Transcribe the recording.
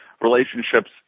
relationships